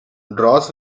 draws